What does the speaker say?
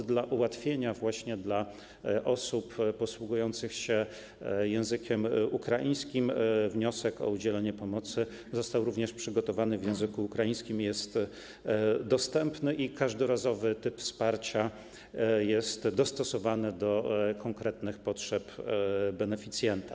W celu ułatwienia procedury dla osób posługujących się językiem ukraińskim wniosek o udzielenie pomocy został przygotowany w języku ukraińskim, jest on dostępny, natomiast każdorazowo typ wsparcia jest dostosowany do konkretnych potrzeb beneficjenta.